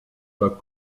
pas